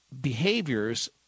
behaviors